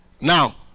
Now